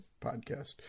podcast